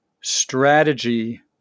strategy